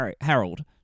Harold